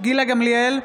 גילה גמליאל,